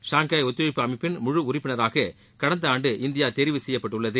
Shanghai ஒத்துழைப்பு அமைப்பிள் முழு உறுப்பினராக கடந்த ஆண்டு இந்தியா தெரிவு செய்யப்பட்டுள்ளது